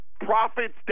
Profits